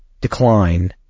decline